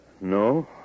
No